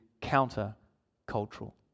counter-cultural